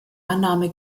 annahme